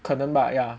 可能吧 ya